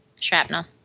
shrapnel